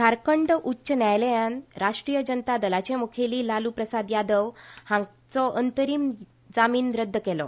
झारखंड उच्च न्यायालयान राश्ट्रीय जनता दलाचे मुखेली लालू प्रसाद यादव हांचो अंतरीम जामीन रद्द केलो